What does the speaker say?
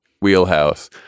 wheelhouse